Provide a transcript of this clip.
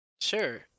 Sure